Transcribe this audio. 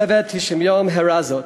צוות 90 הימים הראה זאת.